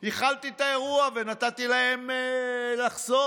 הכלתי את האירוע ונתתי להם לחסום.